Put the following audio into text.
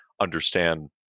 understand